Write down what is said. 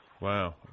Wow